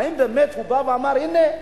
האם באמת הוא בא ואמר: הנה,